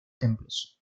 templos